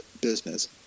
business